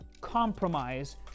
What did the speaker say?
compromise